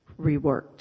reworked